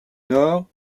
nord